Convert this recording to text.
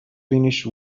finished